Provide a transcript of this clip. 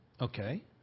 okay